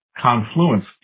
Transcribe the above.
Confluence